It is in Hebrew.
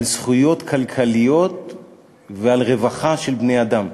זכויות כלכליות ועל רווחה של בני-אדם.